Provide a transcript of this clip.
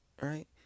right